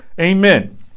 Amen